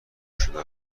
شده